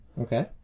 Okay